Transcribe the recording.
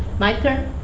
my turn.